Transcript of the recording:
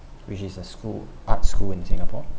which is a school art school in singapore